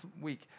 week